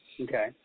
Okay